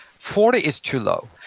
forty is too low.